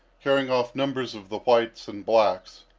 carrying off numbers of the whites and blacks.